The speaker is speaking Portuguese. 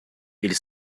ele